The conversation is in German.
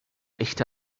echte